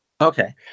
Okay